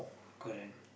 correct